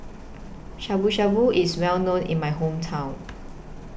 Shabu Shabu IS Well known in My Hometown